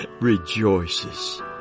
rejoices